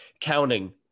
counting